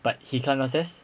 but he climbed downstairs